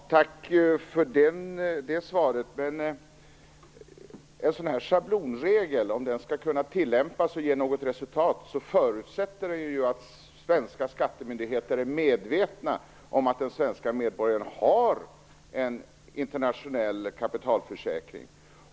Fru talman! Tack för det svaret. En förutsättning för att en sådan här schablonregel skall kunna tillämpas och ge något resultat är dock att svenska skattemyndigheter är medvetna om att den svenska medborgaren har en internationell kapitalförsäkring.